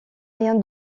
rien